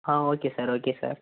ah okay sir okay sir